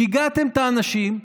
שיגעתם את האנשים,